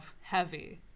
heavy